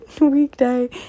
weekday